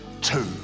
two